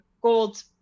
gold